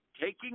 taking